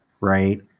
right